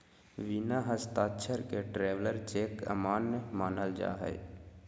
बिना हस्ताक्षर के ट्रैवलर चेक अमान्य मानल जा हय